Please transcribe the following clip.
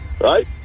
Right